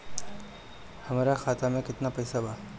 हमरा खाता में केतना पइसा बा?